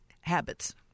habits